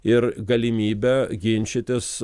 ir galimybę ginčytis